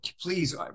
Please